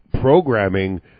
programming